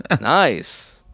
nice